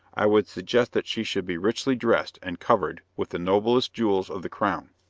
i would suggest that she should be richly dressed and covered with the noblest jewels of the crown.